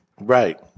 Right